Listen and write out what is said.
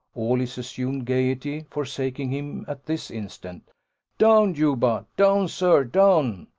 all his assumed gaiety forsaking him at this instant down, juba down, sir, down!